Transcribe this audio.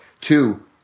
Two